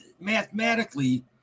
mathematically